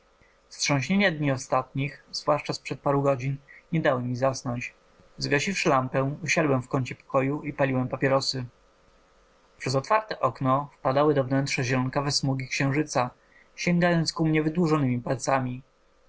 dni ostatnich zwłaszcza z przed paru godzin nie dały mi zasnąć zgasiwszy lampę usiadłem w kącie pokoju i paliłem papierosy przez otwarte okno wpadały do wnętrza zielonawe smugi księżyca sięgając ku mnie wydłużonymi palcami